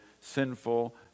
sinful